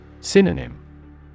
Synonym